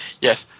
Yes